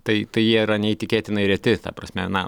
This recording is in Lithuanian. tai tai jie yra neįtikėtinai reti ta prasme na